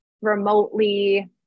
remotely